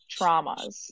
traumas